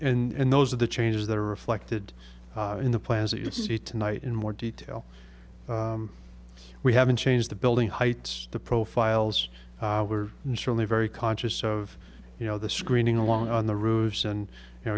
in those of the changes that are reflected in the plans that you see tonight in more detail we haven't changed the building heights the profiles were certainly very conscious of you know the screening along on the roofs and you know